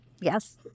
Yes